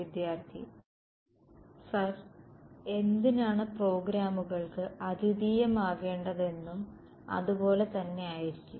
വിദ്യാർത്ഥി സർ എന്തിനാണ് പ്രോഗ്രാമുകൾക്ക് അദ്വിതീയമാകേണ്ടത് എന്നതും അതുപോലെ തന്നെ ആയിരിക്കും